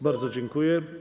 Bardzo dziękuję.